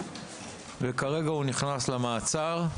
וכרגע הוא נכנס למעצר,